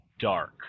dark